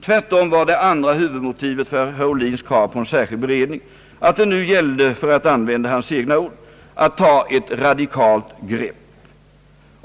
Tvärtom var det andra huvudmotivet för herr Ohlins krav på en särskild beredning, att det nu gällde, för att använda hans egna ord, »att ta ett radikalt grepp».